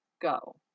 go